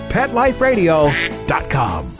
PetLifeRadio.com